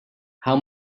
how